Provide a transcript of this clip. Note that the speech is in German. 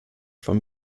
vom